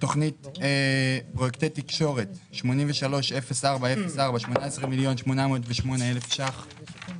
פרויקטי תקשורת, 830404, 18.808 מיליון שקלים,